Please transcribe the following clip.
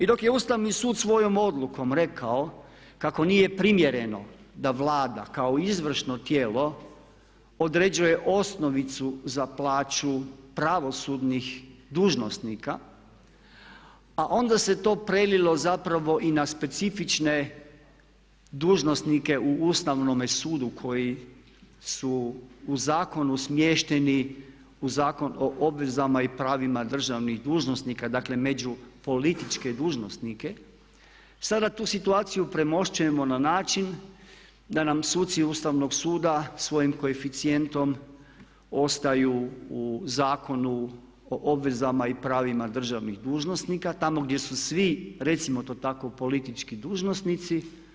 I dok je Ustavni sud svojom odlukom rekao kako nije primjereno da Vlada kao izvršno tijelo određuje osnovicu za plaću pravosudnih dužnosnika a onda se to prelilo zapravo i na specifične dužnosnike u Ustavnome sudu koji su u zakonu smješteni u Zakon o obvezama i pravima državnih dužnosnika, dakle među političke dužnosnike, sada tu situaciju premošćujemo na način da nam suci Ustavnog suda svojim koeficijentom ostaju u Zakonu o obvezama i pravima državnih dužnosnika tamo gdje su svi recimo to tako politički dužnosnici.